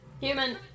Human